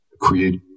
create